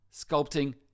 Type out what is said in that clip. Sculpting